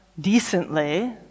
decently